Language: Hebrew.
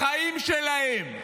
לחיים שלהם.